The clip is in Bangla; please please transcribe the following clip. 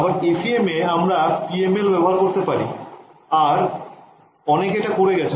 আবার FEM এ আমরা PML ব্যবহার করতে পারি আর অনেকে এটা করে গেছেন